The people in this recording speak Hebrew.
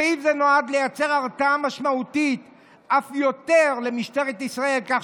סעיף זה נועד לייצר הרתעה משמעותית אף יותר למשטרת ישראל כך